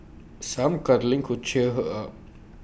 some cuddling could cheer her up